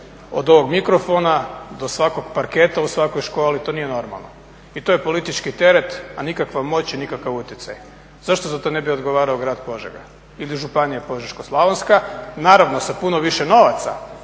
od ovog mikrofona do svakog parketa u svakoj školi, to nije normalno i to je politički teret, a nikakva moć i nikakav utjecaj. Zašto za to ne bi odgovarao grad Požega ili županija Požeško-slavonska? Naravno sa puno više novaca